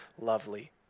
lovely